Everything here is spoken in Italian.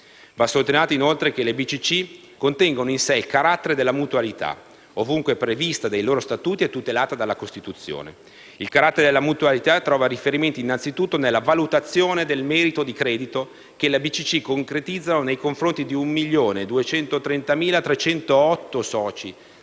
di credito cooperativo contengono in sé il carattere della mutualità, ovunque prevista dai loro statuti, tutelata dalla Costituzione. Il carattere della mutualità trova riferimento, innanzitutto nella valutazione del merito di credito che le banche di credito cooperativo concretizzano nei confronti di 1.230.308 soci,